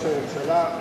ראש הממשלה,